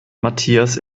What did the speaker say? matthias